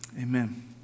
Amen